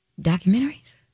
Documentaries